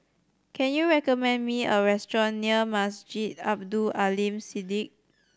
can you recommend me a restaurant near Masjid Abdul Aleem Siddique